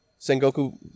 Sengoku